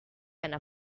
and